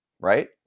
right